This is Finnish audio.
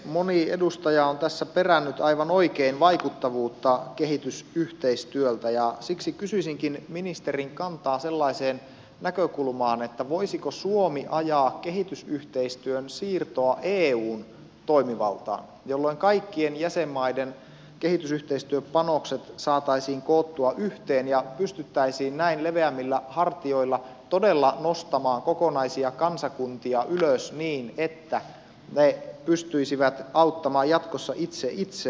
moni edustaja on tässä perännyt aivan oikein vaikuttavuutta kehitysyhteistyöltä ja siksi kysyisinkin ministerin kantaa sellaiseen näkökulmaan että voisiko suomi ajaa kehitysyhteistyön siirtoa eun toimivaltaan jolloin kaikkien jäsenmaiden kehitysyhteistyöpanokset saataisiin koottua yhteen ja pystyttäisiin näin leveämmillä hartioilla todella nostamaan kokonaisia kansakuntia ylös niin että ne pystyisivät auttamaan jatkossa itse itseään